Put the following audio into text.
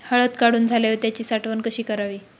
हळद काढून झाल्यावर त्याची साठवण कशी करावी?